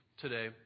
today